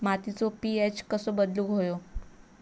मातीचो पी.एच कसो बदलुक होयो?